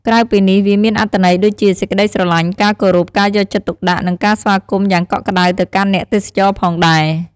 ក្រៅពីនេះវាមានអត្ថន័យដូចជា សេចក្តីស្រលាញ់ ការគោរព ការយកចិត្តទុកដាក់ និងការស្វាគមន៍យ៉ាងកក់ក្តៅទៅកាន់អ្នកទេសចរផងដែរ។